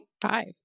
Five